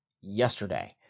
yesterday